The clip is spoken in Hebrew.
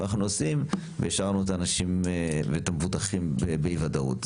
והשארנו את המבוטחים באי ודאות.